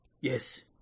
Yes